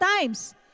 times